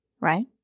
right